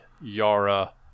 Yara